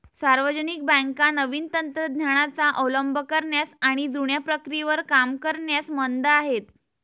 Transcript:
सार्वजनिक बँका नवीन तंत्र ज्ञानाचा अवलंब करण्यास आणि जुन्या प्रक्रियेवर काम करण्यास मंद आहेत